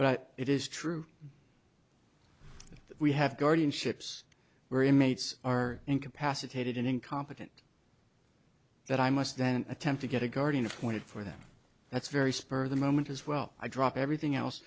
but it is true that we have guardianships were inmates are incapacitated and incompetent that i must then attempt to get a guardian appointed for them that's very spur of the moment as well i drop everything else